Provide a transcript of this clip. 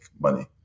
money